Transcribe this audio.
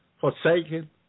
forsaken